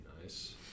nice